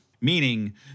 meaning